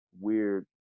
weird